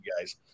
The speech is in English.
guys